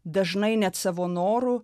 dažnai net savo noru